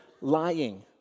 lying